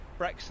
Brexit